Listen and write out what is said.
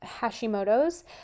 hashimoto's